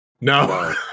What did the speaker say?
No